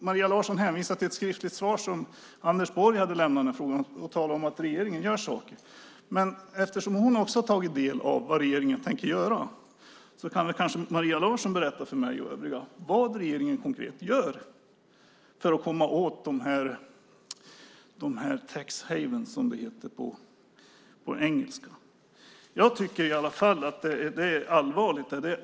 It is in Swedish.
Maria Larsson hänvisar till ett skriftligt svar som Anders Borg har lämnat i den här frågan och talar om att regeringen gör saker. Eftersom hon också har tagit del av vad regeringen tänker göra kan Maria Larsson kanske berätta för mig och övriga vad regeringen konkret gör för att komma åt dessa tax havens , som de heter på engelska. Jag tycker i alla fall att det är allvarligt.